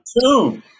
Two